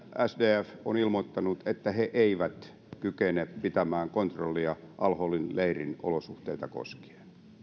sdf on ilmoittanut että he eivät kykene pitämään kontrollia al holin leirin olosuhteita koskien